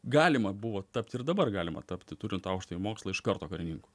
galima buvo tapti ir dabar galima tapti turint aukštąjį mokslą iš karto karininku